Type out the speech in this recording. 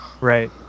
Right